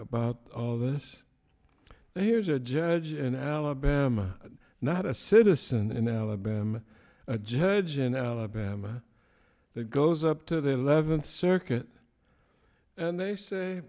about all this and here's a judge in alabama not a citizen in alabama a judge in alabama that goes up to the eleventh circuit and they say